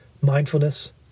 mindfulness